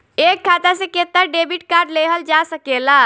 एक खाता से केतना डेबिट कार्ड लेहल जा सकेला?